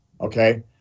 Okay